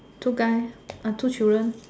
two guy ah two children